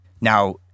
Now